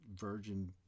virgin